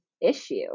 issue